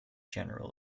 general